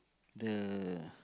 the